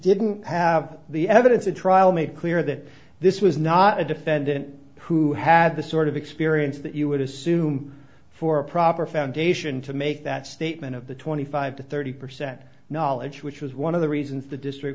didn't have the evidence at trial made clear that this was not a defendant who had the sort of experience that you would assume for a proper foundation to make that statement of the twenty five to thirty percent knowledge which was one of the reasons the district